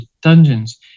dungeons